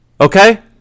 okay